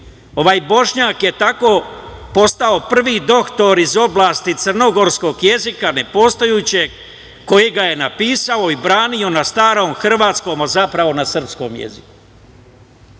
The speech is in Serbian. Ovaj Bošnjak je tako postao prvi doktor iz oblasti crnogorskog jezika, nepostojećeg, koji ga je napisao i branio na starom hrvatskom, a zapravo na srpskom